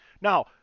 now